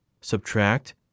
subtract